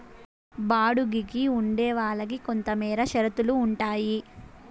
బాడుగికి ఉండే వాళ్ళకి కొంతమేర షరతులు ఉంటాయి